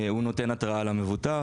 הוא נותן התראה למבוטח,